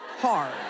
hard